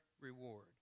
reward